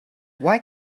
why